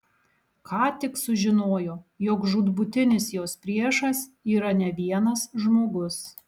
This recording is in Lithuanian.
ką tik sužinojo jog žūtbūtinis jos priešas yra ne vienas žmogus